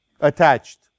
attached